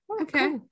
okay